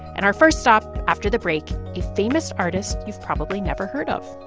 and our first stop after the break a famous artist you've probably never heard of